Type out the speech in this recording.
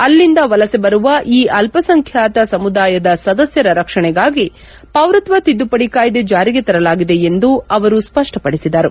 ಅಲ್ಲಿಂದ ವಲಸೆ ಬರುವ ಈ ಅಲ್ಲಸಂಖ್ಯಾತ ಸಮುದಾಯದ ಸದಸ್ಯರ ರಕ್ಷಣೆಗಾಗಿ ಪೌರತ್ವ ತಿದ್ದುಪಡಿ ಕಾಯ್ದೆ ಜಾರಿಗೆ ತರಲಾಗಿದೆ ಎಂದು ಅವರು ಸ್ಪಪ್ಪಪಡಿಸಿದರು